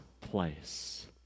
place